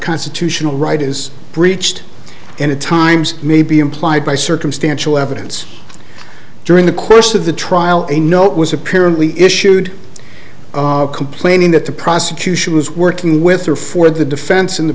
constitutional right is breached and at times may be implied by circumstantial evidence during the course of the trial a note was apparently issued complaining that the prosecution was working with or for the defense in the